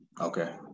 Okay